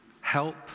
Help